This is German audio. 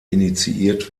initiiert